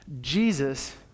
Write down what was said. Jesus